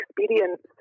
experience